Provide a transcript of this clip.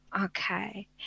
okay